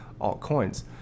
altcoins